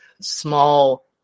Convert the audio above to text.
small